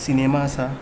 cinema आसा